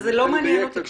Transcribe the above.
זה לא מעניין אותי,